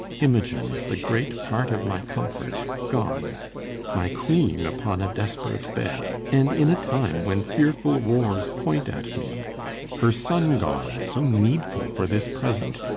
imogen, the great part of my comfort, gone my queen upon a desperate bed, and in a time when fearful wars point at me her son gone, so needful for this present.